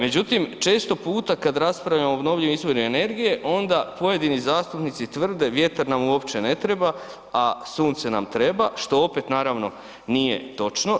Međutim, često puta kada raspravljamo o obnovljivim izvorima energije onda pojedini zastupnici tvrde vjetar nam uopće ne treba a sunce nam treba što opet naravno nije točno.